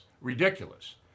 ridiculous